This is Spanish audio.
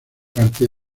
parte